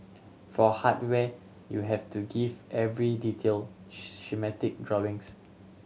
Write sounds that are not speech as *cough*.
for hardware you have to give every detail *unintelligible* schematic drawings